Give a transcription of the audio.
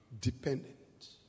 Dependent